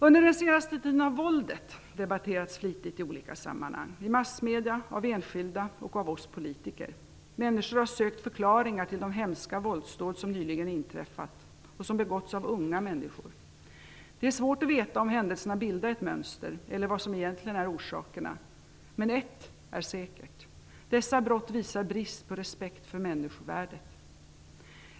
Under den senaste tiden har våldet debatterats flitigt i olika sammanhang, i massmedier, av enskilda och av oss politiker. Människor har sökt förklaringar till de hemska våldsdåd som nyligen inträffat och som begåtts av unga människor. Det är svårt att veta om händelserna bildar ett mönster eller vad som egentligen är orsakerna. Men ett är säkert: Dessa brott visar brist på respekt för människovärdet.